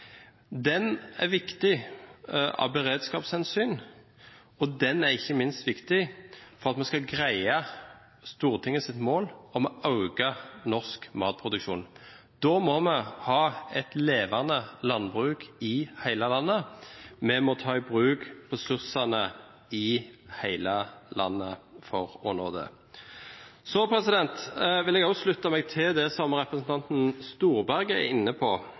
Den er viktig av beredskapshensyn, og den er ikke minst viktig for at vi skal greie Stortingets mål om å øke norsk matproduksjon. Da må vi ha et levende landbruk i hele landet. Vi må ta i bruk ressursene i hele landet for å nå det. Jeg vil også slutte meg til det som representanten Storberget var inne på,